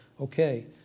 Okay